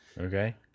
okay